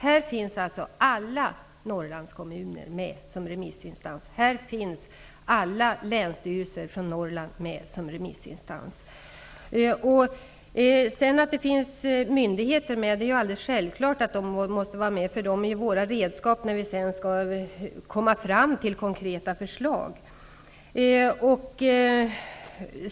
Här finns alla Norrlandskommuner med och alla länsstyrelser i Norrland. Att det finns myndigheter med är alldeles självklart, för de är ju våra redskap när vi sedan skall komma fram till konkreta förslag.